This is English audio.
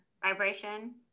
vibration